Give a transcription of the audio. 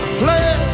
play